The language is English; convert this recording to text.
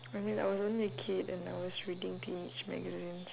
I mean I was only a kid and I was reading teenage magazines